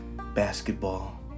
basketball